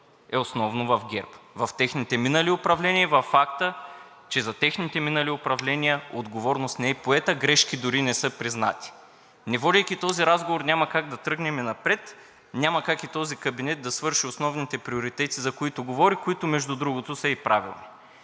е основно в ГЕРБ, в техните минали управления и във факта, че зад техните минали управления отговорност не е поета, грешки дори не са признати. Не водейки този разговор няма как да тръгнем напред. Няма как и този кабинет да свърши основните приоритети, за които говори, които, между другото, са и правилни.